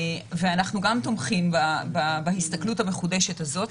אנחנו תומכים בהסתכלות המחודשת הזו.